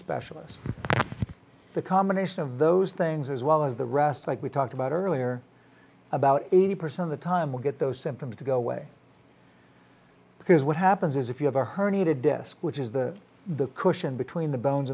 specialist the combination of those things as well as the rest like we talked about earlier about eighty percent of the time we get those symptoms to go away because what happens is if you have a herniated disk which is the the cushion between the bones